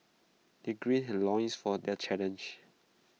they gird their loins for their challenge